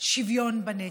שוויון בנטל,